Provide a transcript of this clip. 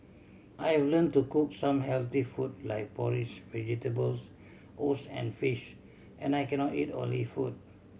I have learn to cook some healthy food like porridge vegetables oats and fish and I cannot eat oily food